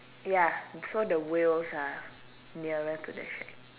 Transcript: ya so the wheels are nearer to the shack